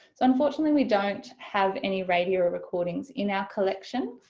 so unfortunately we don't have any radio recordings in our collection,